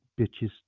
bitches